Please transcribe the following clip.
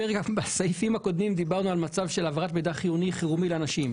בסעיפים הקודמים דיברנו על מצב של העברת מידע חיוני חירומי לאנשים.